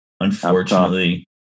Unfortunately